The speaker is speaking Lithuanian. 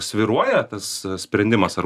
svyruoja tas sprendimas ar